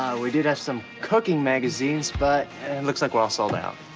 we did have some cooking magazines but it looks like we're all sold out.